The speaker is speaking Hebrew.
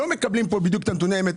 לא מקבלים פה בדיוק את נתוני האמת,